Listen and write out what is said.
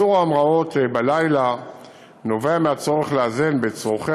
איסור ההמראות בלילה נובע מהצורך לאזן בין צורכי